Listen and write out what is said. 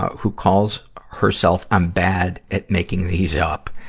who calls herself i'm bad at making these up.